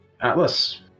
Atlas